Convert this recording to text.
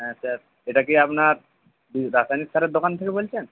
হ্যাঁ স্যার এটা কি আপনার সারের দোকান থেকে বলছেন